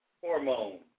hormone